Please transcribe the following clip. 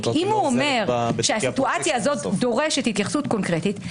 אם הוא אומר שהסיטואציה הזאת דורשת התייחסות קונקרטית,